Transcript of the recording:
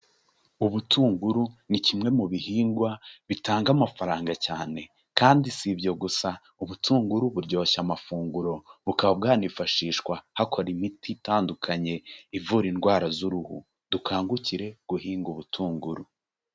Ubutunguru ni kimwe mu bihingwa bitanga amafaranga cyane kandi si ibyo gusa ubutunguru buryoshya amafunguro, bukaba bwanifashishwa hakora imiti itandukanye, ivura indwara z'uruhu, dukangukire guhinga ubutunguru.